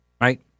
right